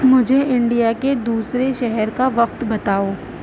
مجھے انڈیا کے دوسرے شہر کا وقت بتاؤ